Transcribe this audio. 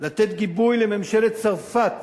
לתת גיבוי לממשלת צרפת